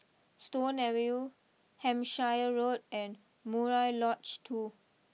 Stone Avenue Hampshire Road and Murai Lodge two